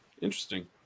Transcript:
interesting